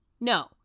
No